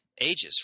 ages